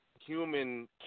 human